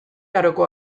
aroko